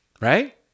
right